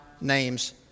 name's